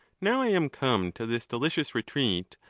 now i am come to this delicious retreat,